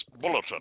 bulletin